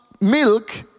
milk